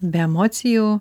be emocijų